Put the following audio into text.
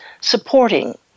supporting